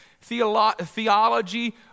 theology